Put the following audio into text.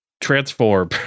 transform